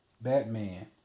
Batman